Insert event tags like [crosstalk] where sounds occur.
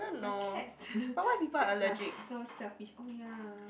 but cats [laughs] cats are so selfish oh ya